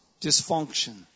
dysfunction